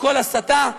הכול הסתה?